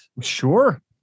Sure